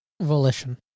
Volition